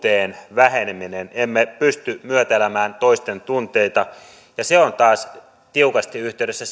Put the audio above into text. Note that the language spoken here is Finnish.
väheneminen emme pysty myötäelämään toisten tunteita se on taas tiukasti yhteydessä